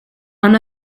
han